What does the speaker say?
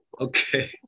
Okay